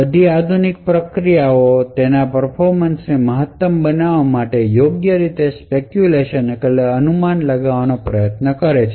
બધી આધુનિક પ્રક્રિયાઓ તેમના પર્ફોમન્સને મહત્તમ બનાવવા માટે યોગ્ય રીતે સ્પેકયુલેશનઅનુમાન લગાવવાનો પ્રયાસ કરે છે